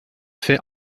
fait